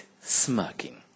smirking